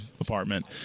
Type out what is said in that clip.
apartment